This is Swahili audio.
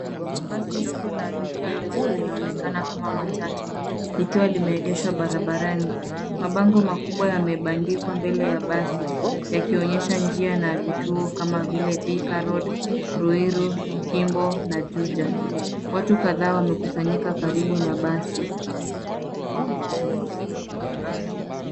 Basi ndogo la abiria ambalo linaonekana kama matatu, likiwa limeegeshwa barabarani. Mabango makubwa yamebandikwa mbele ya basi, yakionyesha njia na vituo kama vile Thika road, ruiru, kimbo na juja. Watu kadhaa wamekusanyika karibu na basi.